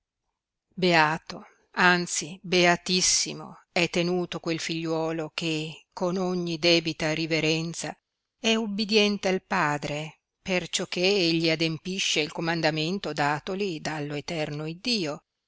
beato anzi beatissimo è tenuto quel figliuolo che con ogni debita riverenza è ubidiente al padre perciò che egli adempisce il comandamento datoli dallo eterno iddio e